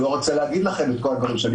הוא לא רצה להגיד לכם את כל הדברים שאני